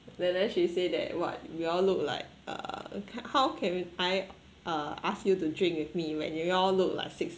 and then she say that what we all look like uh how can I uh ask you to drink with me right when you all look like